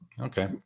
Okay